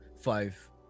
five